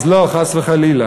אז לא, חס וחלילה.